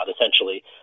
essentially